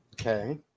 Okay